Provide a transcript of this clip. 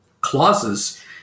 clauses